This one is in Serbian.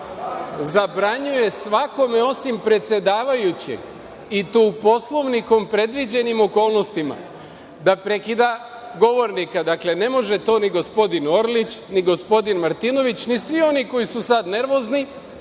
zabranjuje svakome, osim predsedavajućem, i to u Poslovnikom predviđenim okolnostima, da prekida govornika. Dakle, ne može to ni gospodin Orlić, ni gospodin Martinović, ni svi oni koji su sada nervozni